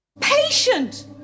Patient